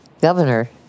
governor